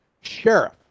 Sheriff